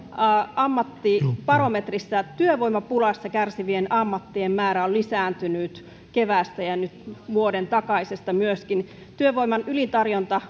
ammattibarometrissa työvoimapulasta kärsivien ammattien määrä on lisääntynyt keväästä ja nyt myöskin vuoden takaisesta työvoiman ylitarjonta